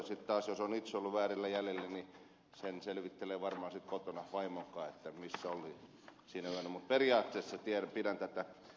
sitten taas jos on itse ollut väärillä jäljillä niin sen selvittelee varmaan sitten kotona vaimon kanssa että missä oli sinä yönä mutta periaatteessa pidän tätä ed